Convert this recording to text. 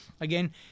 Again